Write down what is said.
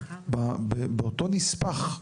באותו נספח,